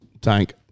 tank